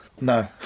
No